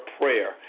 prayer